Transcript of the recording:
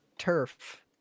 Turf